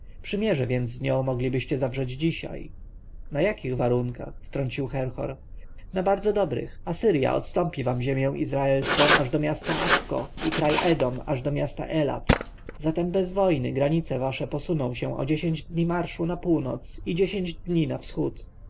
przymierze więc z nią moglibyście zawrzeć dzisiaj na jakich warunkach wtrącił herhor na bardzo dobrych asyrja odstąpi wam ziemię izraelską aż do miasta akko i kraj edom aż do miasta elath zatem bez wojny granice wasze posuną się o dziesięć dni marszu na północ i dziesięć dni na wschód